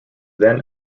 then